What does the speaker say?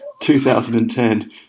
2010